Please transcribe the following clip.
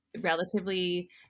Relatively